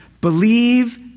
believe